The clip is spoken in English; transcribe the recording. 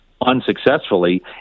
unsuccessfully